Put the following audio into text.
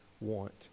want